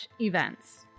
events